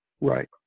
Right